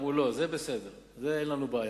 הם אמרו: לא, זה בסדר, עם זה אין לנו בעיה.